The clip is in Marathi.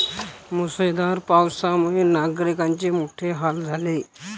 मुसळधार पावसामुळे नागरिकांचे मोठे हाल झाले